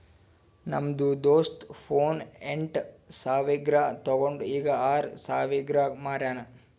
ನಮ್ದು ದೋಸ್ತ ಫೋನ್ ಎಂಟ್ ಸಾವಿರ್ಗ ತೊಂಡು ಈಗ್ ಆರ್ ಸಾವಿರ್ಗ ಮಾರ್ಯಾನ್